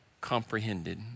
comprehended